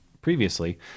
previously